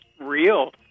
real